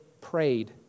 prayed